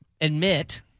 admit